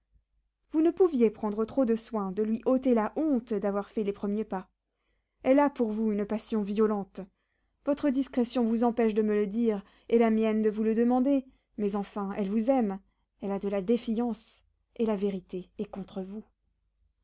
vous ne pouviez prendre trop de soins de lui ôter la honte d'avoir fait les premiers pas elle a pour vous une passion violente votre discrétion vous empêche de me le dire et la mienne de vous le demander mais enfin elle vous aime elle a de la défiance et la vérité est contre vous